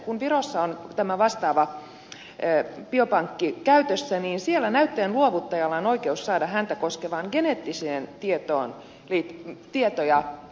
kun virossa on tämä vastaava biopankki käytössä niin siellä näytteen luovuttajalla on oikeus saada häntä koskevia geneettisiä tietoja kustannuksitta